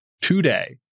today